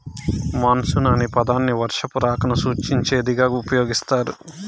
monsoon అనే పదాన్ని వర్షపు రాకను సూచించేకి ఉపయోగిస్తారు